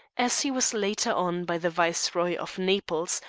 as he was later on by the viceroy of naples,